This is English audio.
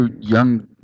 young